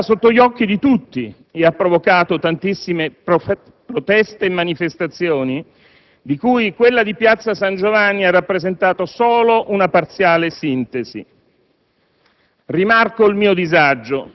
La pantomima è stata sotto gli occhi di tutti e ha provocato tantissime proteste e manifestazioni di cui quella di piazza San Giovanni ha presentato solo una parziale sintesi.